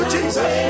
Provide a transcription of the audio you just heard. Jesus